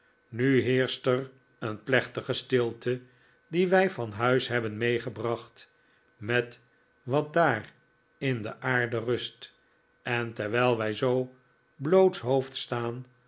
nu heerscht er een plechtige stilte die wij van huis heb ben meegebracht met wat daar in de aarde rust en terwijl wij zoo blootshoofds staan